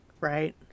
right